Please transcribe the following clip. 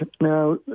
now